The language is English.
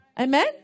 Amen